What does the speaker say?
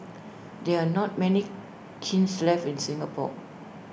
there are not many kilns left in Singapore